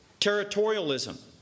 territorialism